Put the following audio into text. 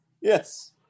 Yes